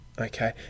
Okay